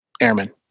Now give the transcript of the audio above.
airmen